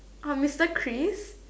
orh mister Kris